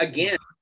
Again